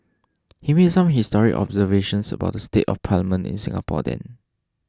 he made some historic observations about the state of parliament in Singapore then